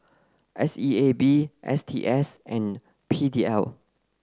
S E A B S T S and P D L